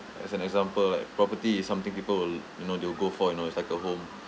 as an example like property is something people will you know they'll go for you know it's like a home